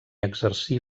exercir